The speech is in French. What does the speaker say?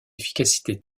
efficacité